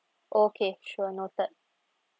okay sure noted